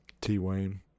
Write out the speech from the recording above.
T-Wayne